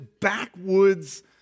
backwoods